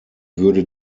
würde